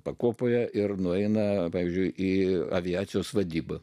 pakopoje ir nueina pavyzdžiui į aviacijos vadybą